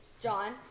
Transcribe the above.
John